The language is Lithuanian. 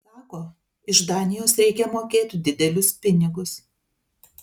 sako iš danijos reikia mokėt didelius pinigus